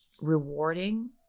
rewarding